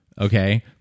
okay